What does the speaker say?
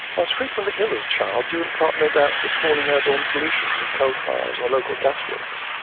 i was frequently ill as a child, due in part no doubt to the appalling airborne pollution from coal fires and the local gas works.